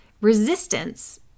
Resistance